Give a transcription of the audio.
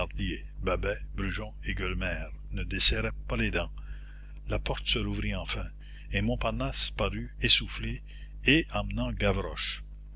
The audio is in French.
babet brujon et gueulemer ne desserraient pas les dents la porte se rouvrit enfin et montparnasse parut essoufflé et amenant gavroche